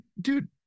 dude